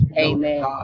Amen